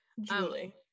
Julie